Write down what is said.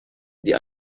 die